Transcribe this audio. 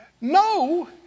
No